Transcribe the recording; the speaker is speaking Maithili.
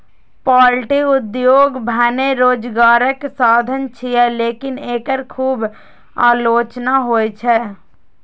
पॉल्ट्री उद्योग भने रोजगारक साधन छियै, लेकिन एकर खूब आलोचना होइ छै